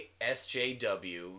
SJW